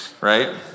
right